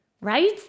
right